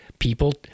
People